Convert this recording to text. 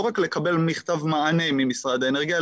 לא רק לקבל מכתב מענה ממשרד האנרגיה,